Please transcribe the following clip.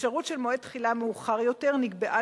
אפשרות של מועד תחילה מאוחר יותר נקבעה